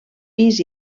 pis